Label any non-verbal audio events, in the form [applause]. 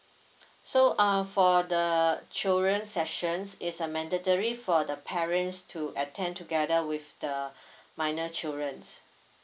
so uh for the children sessions it's a mandatory for the parents to attend together with the [breath] minor children